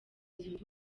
zunze